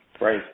Right